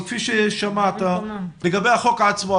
אבל כפי שמעת לגבי החוק עצמו,